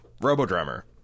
Robo-drummer